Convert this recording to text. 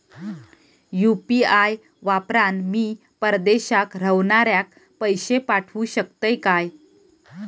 UPI वापरान मी परदेशाक रव्हनाऱ्याक पैशे पाठवु शकतय काय?